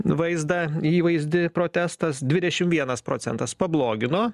vaizdą įvaizdį protestas dvidešim vienas procentas pablogino